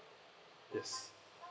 yes